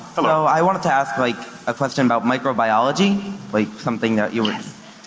hello. i wanted to ask, like, a question about microbiology. like something that you